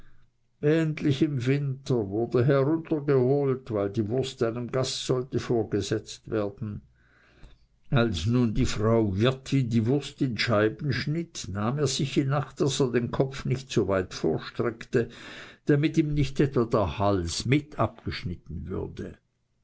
endlich im winter wurde er heruntergeholt weil die wurst einem gast sollte vorgesetzt werden als nun die frau wirtin die wurst in scheiben schnitt nahm er sich in acht daß er den kopf nicht zu weit vorstreckte damit ihm nicht etwa der hals mit abgeschnitten würde